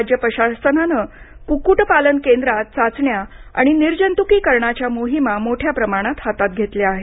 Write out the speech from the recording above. राज्य प्रशासनानं कुक्कुटपालन केंद्रात चाचण्या आणि निर्जंतुकीकरणाच्या मोहिमा मोठ्या प्रमाणात हातात घेतल्या आहेत